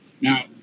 Now